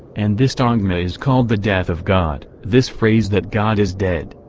and this dogma is called the death of god. this phrase that god is dead,